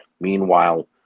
meanwhile